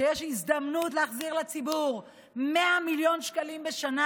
כשיש הזדמנות להחזיר לציבור 100 מיליון שקלים בשנה,